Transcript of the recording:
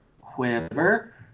quiver